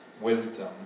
wisdom